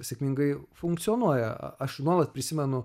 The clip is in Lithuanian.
sėkmingai funkcionuoja aš nuolat prisimenu